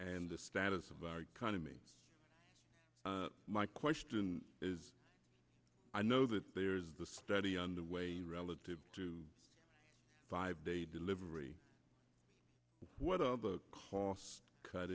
and the status of our economy my question is i know that there is the study underway relative to five day delivery what are the cost cut